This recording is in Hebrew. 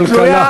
לכלכלה.